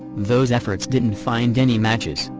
those efforts didn't find any matches,